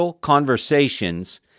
Conversations